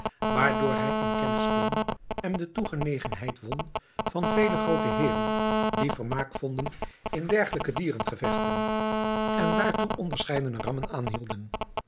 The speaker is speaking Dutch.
waardoor hij in kennis kwam en de toegenegenheid won van vele groote heeren die vermaak vonden in dergelijke dierengevechten en daartoe onderscheidene rammen aanhielden